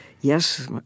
yes